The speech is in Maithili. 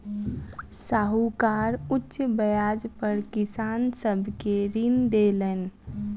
साहूकार उच्च ब्याज पर किसान सब के ऋण देलैन